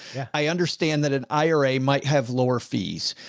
yeah. i understand that an ira might have lower fees,